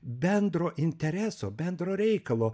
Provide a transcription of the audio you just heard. bendro intereso bendro reikalo